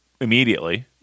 immediately